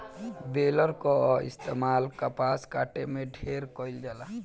baler कअ इस्तेमाल कपास काटे में ढेर कइल जाला